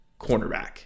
cornerback